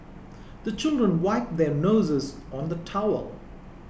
the children wipe their noses on the towel